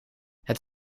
het